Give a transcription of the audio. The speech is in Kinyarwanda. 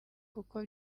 kuko